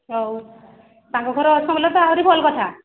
ହଉ ତାଙ୍କ ଘରେ ଅଛନ୍ ବେଲେ ତ ଆହୁରି ଭଲ୍ କଥା